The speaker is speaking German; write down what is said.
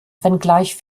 wenngleich